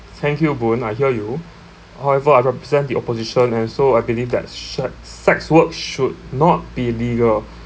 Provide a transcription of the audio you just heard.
thank you boon I hear you however I represent the opposition and so I believe that sex sex work should not be legal